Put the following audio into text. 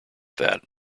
that